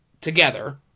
together